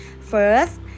First